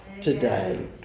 today